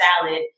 salad